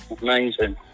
Amazing